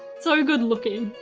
so good looking.